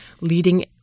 leading